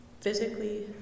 physically